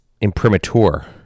imprimatur